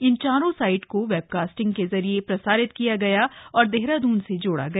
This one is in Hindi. इन चारों साइट को वेब कास्टिंग के जरिए प्रसारित किया गया और देहरादून से जोड़ा गया